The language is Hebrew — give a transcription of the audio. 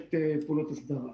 ודורשת פעולות הסדרה.